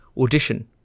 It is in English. audition